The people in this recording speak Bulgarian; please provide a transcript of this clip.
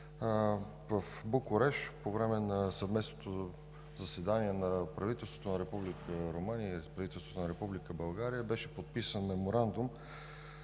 в Букурещ, че по време на съвместното заседание на правителството на Република Румъния и правителството на Република България беше подписан Меморандум